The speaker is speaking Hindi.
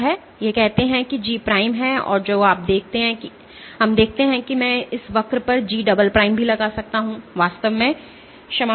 तो यह कहते हैं कि G' है और जो आप देखते हैं हमें देखते हैं कि मैं इस वक्र पर G" भी लगा सकता हूं वास्तव में क्षमा करें